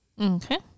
Okay